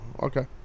Okay